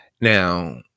Now